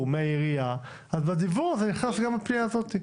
מן העירייה אז בדיוור הזה נכנסת גם הפנייה הזאת.